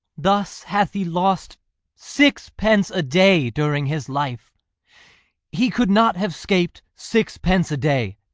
thus hath he lost sixpence a day during his life he could not have scaped sixpence a day.